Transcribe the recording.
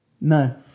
No